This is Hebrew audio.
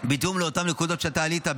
בהתאם לאותן נקודות שאתה העלית,